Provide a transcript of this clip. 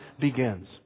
begins